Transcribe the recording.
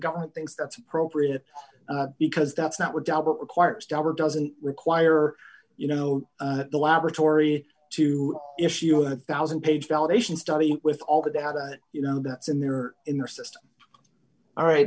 government thinks that's appropriate because that's not what requires job or doesn't require you know the laboratory to issue you a one thousand page validation study with all the data you know betts in their in their system all right